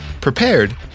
prepared